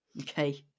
Okay